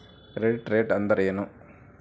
Credit rate ಅಂದರೆ ಏನು?